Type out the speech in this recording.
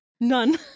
none